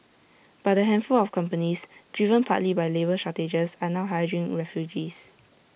but A handful of companies driven partly by labour shortages are now hiring refugees